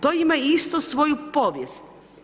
To ima istu svoju povijest.